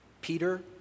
Peter